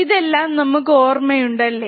ഇതെല്ലാം നമുക്ക് ഓർമ്മയുണ്ട് അല്ലേ